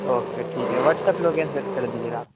okay ٹھیک ہے WhatsApp location کر دیجیے گا آپ